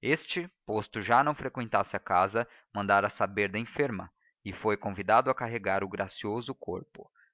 este posto já não frequentasse a casa mandara saber da enferma e foi convidado a carregar o gracioso corpo